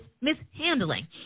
mishandling